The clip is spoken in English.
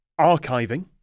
archiving